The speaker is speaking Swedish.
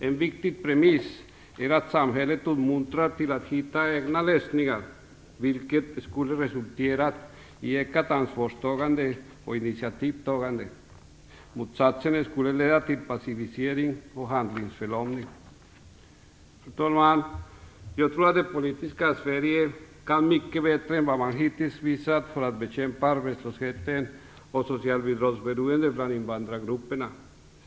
En viktig premiss är att samhället uppmuntrar till att hitta egna lösningar, vilket skulle resultera i ökat ansvarstagande och initiativtagande. Motsatsen skulle leda till passivisering och handlingsförlamning. Fru talman! Jag tror att det politiska Sverige kan mycket bättre än vad man hittills visat bekämpa arbetslösheten och socialbidragsberoendet bland invandrargrupperna.